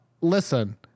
Listen